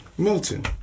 Milton